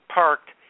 parked